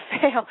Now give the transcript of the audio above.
fail